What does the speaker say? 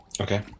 Okay